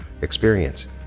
experience